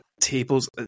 tables